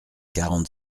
quarante